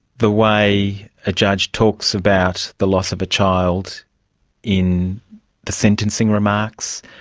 the way a judge talks about the loss of a child in the sentencing remarks?